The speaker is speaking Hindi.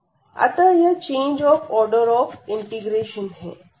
अतः यह change of order of integration है